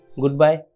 goodbye